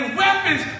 weapons